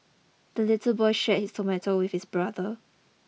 the little boy shared his tomato with his brother